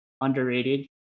underrated